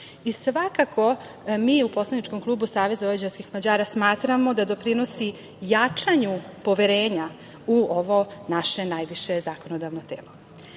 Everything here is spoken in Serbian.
i svakako mi u poslaničkom klubu SVM smatramo da doprinosi jačanju poverenja u ovo naše najviše zakonodavno telo,